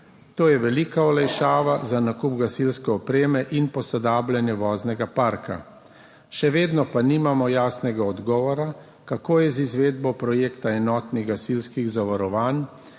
To je velika olajšava za nakup gasilske opreme in posodabljanje voznega parka, še vedno pa nimamo jasnega odgovora, kako je z izvedbo projekta enotnih gasilskih zavarovanj